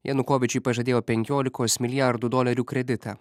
janukovyčiui pažadėjo penkiolikos milijardų dolerių kreditą